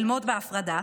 ללמוד בהפרדה,